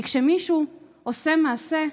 כי כשמישהו עושה מעשה,